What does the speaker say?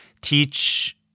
teach